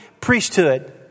priesthood